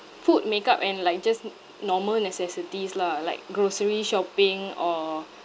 food makeup and like just normal necessities lah like grocery shopping or